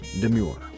Demure